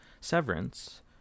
Severance